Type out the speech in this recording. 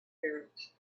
parrots